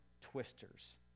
twisters